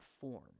form